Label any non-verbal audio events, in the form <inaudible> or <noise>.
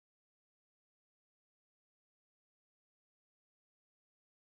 <unintelligible>